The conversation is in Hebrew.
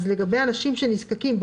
אז לגבי אנשים שנזקקים,